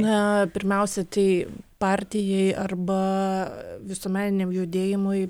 na pirmiausia tai partijai arba visuomeniniam judėjimui